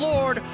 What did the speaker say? Lord